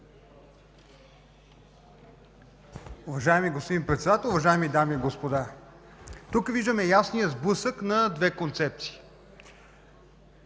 Уважаеми господин Председател, уважаеми дами и господа! Тук виждаме ясния сблъсък на две концепции.